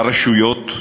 לרשויות.